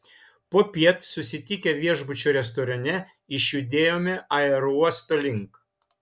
popiet susitikę viešbučio restorane išjudėjome aerouosto link